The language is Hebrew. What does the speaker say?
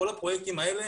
כל הפרויקטים האלה